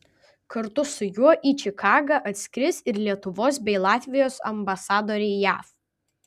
kartu su juo į čikagą atskris ir lietuvos bei latvijos ambasadoriai jav